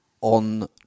on